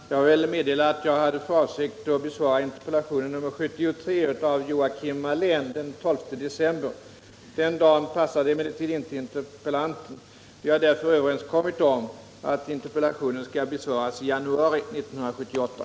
Herr talman! Jag vill meddela att jag hade för avsikt att besvara interpellationen nr 73 av Joakim Ollén den 12 december. Den dagen passade emellertid inte interpellanten. Vi har därför överenskommit om att interpellationen skall besvaras i januari 1978.